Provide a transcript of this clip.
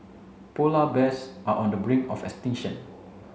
polar bears are on the brink of extinction